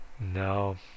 No